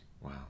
Wow